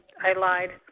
i lied.